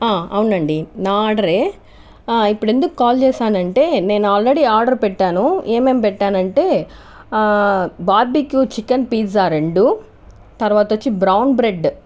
అవునండి నా ఆర్డర్ ఏ ఇప్పుడు ఎందుకు కాల్ చేసాను అంటే నేను ఆల్రెడీ ఆర్డర్ పెట్టాను ఏమేమి పెట్టాను అంటే బార్బీ క్యూ చికెన్ పిజ్జా రెండు తర్వాత వచ్చి బ్రౌన్ బ్రెడ్